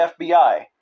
FBI